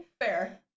fair